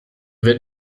wird